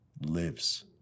lives